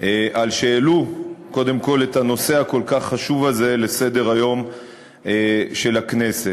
קודם כול על שהעלו את הנושא הכל-כך חשוב הזה לסדר-היום של הכנסת.